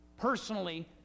personally